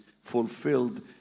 fulfilled